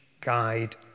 guide